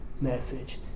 message